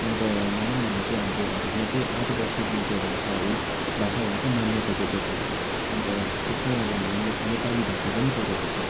अन्त भनौँ भन्दा चाहिँ हाम्रो भारतमा चाहिँ आठवटा सिडिउलको भाषाहरू भाषाहरूलाई चाहिँ मान्यता दिएको छ अन्त त्यसमै अब हाम्रो नेपाली भाषा पनि परेको छ